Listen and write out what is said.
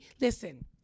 listen